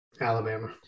Alabama